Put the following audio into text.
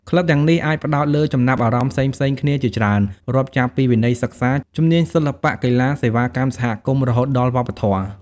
ក្លឹបទាំងនេះអាចផ្តោតលើចំណាប់អារម្មណ៍ផ្សេងៗគ្នាជាច្រើន រាប់ចាប់ពីវិស័យសិក្សា ជំនាញសិល្បៈ កីឡា សេវាកម្មសហគមន៍ រហូតដល់វប្បធម៌។